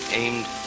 aimed